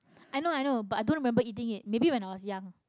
I know I know but I don't remember eating it maybe when I was young